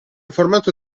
formato